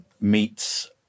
meets